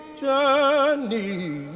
journey